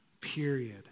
period